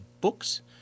books